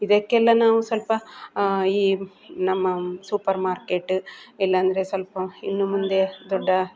ಇದಕ್ಕೆಲ್ಲ ನಾವು ಸ್ವಲ್ಪ ಈ ನಮ್ಮ ಸೂಪರ್ ಮಾರ್ಕೆಟ್ ಇಲ್ಲಾಂದ್ರೆ ಸ್ವಲ್ಪ ಇನ್ನು ಮುಂದೆ ದೊಡ್ಡ